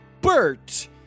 Bert